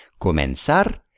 Comenzar